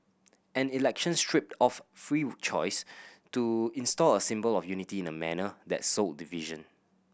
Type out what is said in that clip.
an election stripped of free choice to install a symbol of unity in a manner that sowed division